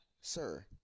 sir